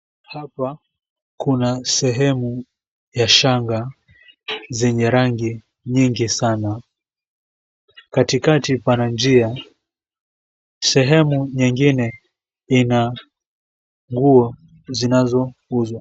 Hapa kuna sehemu ya shanga zenye rangi nyingi sana. Katikati pana njia. Sehemu nyingine ina nguo zinazouzwa.